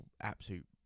absolute